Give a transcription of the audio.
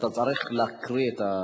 אתה צריך להקריא את השאלה.